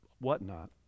whatnot